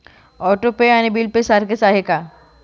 Auto pay आणि bill pay सारखेच आहे का?